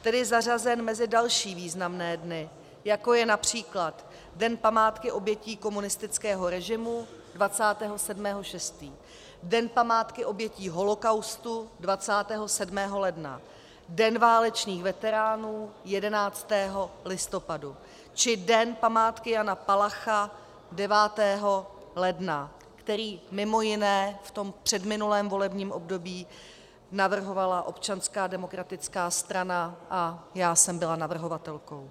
Tedy zařazen mezi další významné dny, jako je například Den památky obětí komunistického režimu 27. 6., Den památky obětí holocaustu 27. ledna., Den válečných veteránů 11. listopadu, či Den památky Jana Palacha 9. ledna který mimo jiné v tom předminulém volební období navrhovala Občanská demokratická strana a já jsem byla navrhovatelkou.